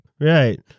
right